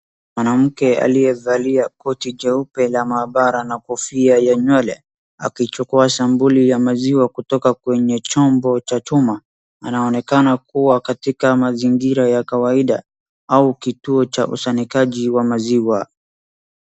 Mwanamke aliyevalia koti jeupe la maabara na kofia ya nywele, akichukua sambuli ya maziwa kutoka kwenye chombo cha chuma, anaonekana kuwa katika mazingira ya kawaida au kituo cha ushanyikaji wa maziwa.